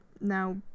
now